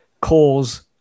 cause